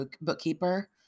bookkeeper